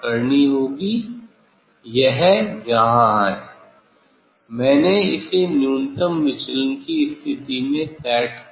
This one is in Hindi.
यह यहाँ है मैंने इसे न्यूनतम विचलन की स्थिति में सेट कर दिया है